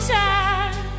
time